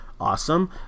Awesome